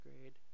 grade